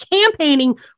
campaigning